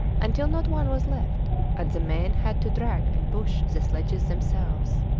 until not one was left and the men had to drag and push the sledges themselves.